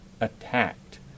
attacked